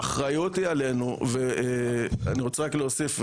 האחריות היא עלינו ואני רוצה רק להוסיף,